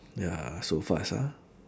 ya so fast ah